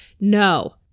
no